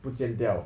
不见掉